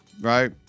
right